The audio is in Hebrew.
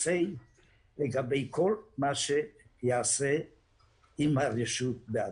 SAY לגבי כל מה שייעשה עם הרשות בעתיד.